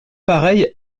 pareil